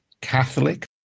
Catholic